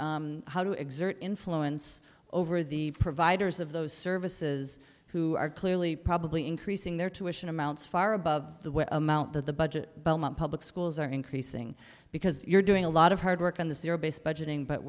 put how do exert influence over the providers of those services who are clearly probably increasing their tuition amounts far above the amount that the budget public schools are increasing because you're doing a lot of hard work on the zero based budgeting but